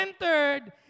entered